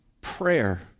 Prayer